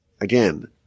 Again